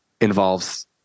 involves